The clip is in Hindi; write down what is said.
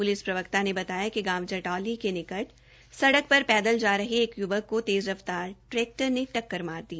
प्लिस प्रवक्ता ने बताया कि गांव जटौली के निकट सड़ा पर पैदल जा रहे एक युवक को तेज़ र फ्तार ट्रैक्टर ने टक्कर मार दी